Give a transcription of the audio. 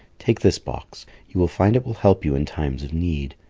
take this box you will find it will help you in times of need,